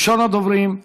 ראשון הדוברים,